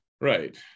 right